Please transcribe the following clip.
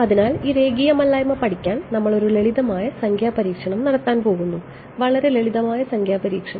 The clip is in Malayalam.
അതിനാൽ ഈ രേഖീയമല്ലായ്മ പഠിക്കാൻ നമ്മൾ ഒരു ലളിതമായ സംഖ്യാ പരീക്ഷണം നടത്താൻ പോകുന്നു വളരെ ലളിതമായ സംഖ്യാ പരീക്ഷണം